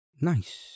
Nice